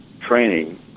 training